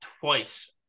twice